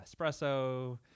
espresso